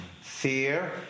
Fear